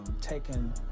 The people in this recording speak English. taking